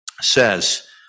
says